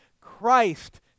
Christ